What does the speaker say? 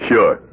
Sure